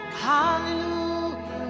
hallelujah